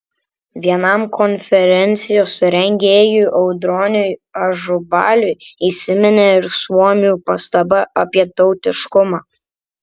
vienam konferencijos rengėjų audroniui ažubaliui įsiminė ir suomių pastaba apie tautiškumą